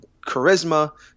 charisma